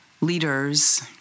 leaders